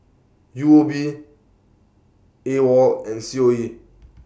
U O B AWOL and C O E